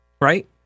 right